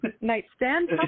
nightstand